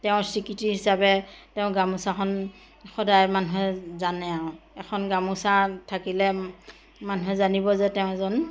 তেওঁৰ স্বীকৃতি হিচাপে তেওঁ গামোচাখন সদায় মানুহে জানে আৰু এখন গামোচা থাকিলে মানুহে জানিব যে তেওঁ এজন